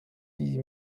six